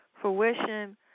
fruition